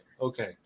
okay